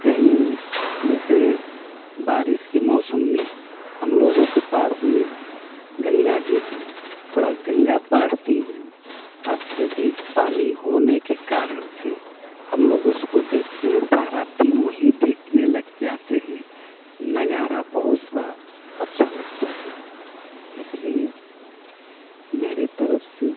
कहीं जैसे बारिश के मौसम में हम लोगों के पास में गंगा जी हैं थोड़ा गंगा बढ़ती हैं अत्यधिक पानी होने के कारण से हम लोग उसको देखते हैं सारा दिन वहीं देखने लग जाते हैं नज़ारा बहुत सा अच्छा लगता है इसलिए मेरे तरफ से